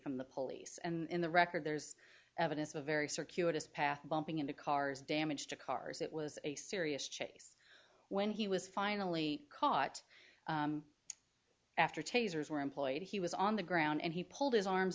from the police and in the record there's evidence of a very circuitous path bumping into cars damage to cars it was a serious chase when he was finally caught after tasers were employed he was on the ground and he pulled his arms